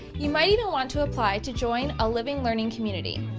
you may want to apply to join a living, learning community.